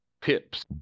Pips